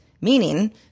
meaning